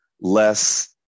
less